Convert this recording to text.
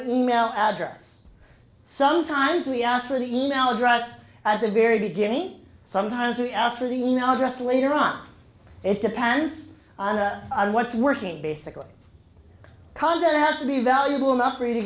e mail address sometimes we ask for the email address at the very beginning sometimes we ask for the e mail address later on it depends on what's working basically condit has to be valuable enough for you to